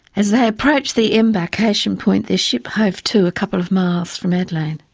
as they approached the embarkation point their ship hove to a couple of miles from adelaide.